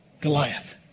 Goliath